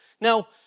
Now